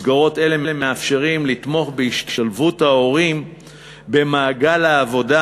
מסגרות אלה מאפשרות לתמוך בהשתלבות ההורים במעגל העבודה